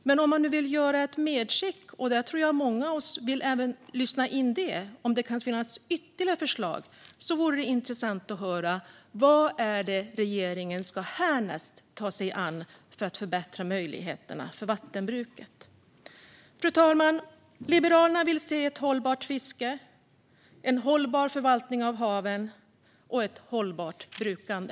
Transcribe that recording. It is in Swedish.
Men om man nu vill göra ett medskick - jag tror att många av oss vill lyssna in eventuella ytterligare förslag - vore det intressant att höra vad det är regeringen härnäst ska ta sig an för att förbättra möjligheterna för vattenbruket. Fru talman! Liberalerna vill se ett hållbart fiske, en hållbar förvaltning av haven och ett hållbart brukande.